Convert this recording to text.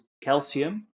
calcium